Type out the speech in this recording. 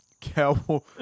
Cow